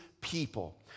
people